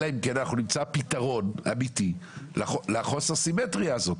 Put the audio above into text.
אלא אם כן אנחנו נמצא פתרון אמיתי לחוסר סימטריה הזאת,